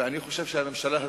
ואני חושב שהממשלה הזאת,